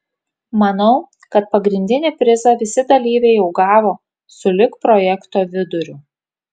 manau kad pagrindinį prizą visi dalyviai jau gavo sulig projekto viduriu